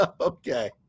okay